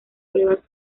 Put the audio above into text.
pruebas